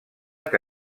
que